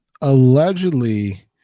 allegedly